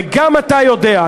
וגם אתה יודע,